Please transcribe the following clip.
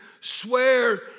swear